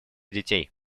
детей